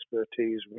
expertise